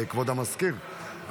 כבוד המזכיר,